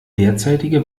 derzeitige